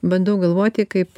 bandau galvoti kaip